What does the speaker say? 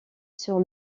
sur